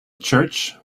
church